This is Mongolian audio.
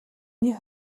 миний